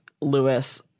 Lewis